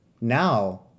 Now